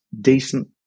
decent